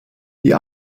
die